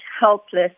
helpless